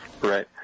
Right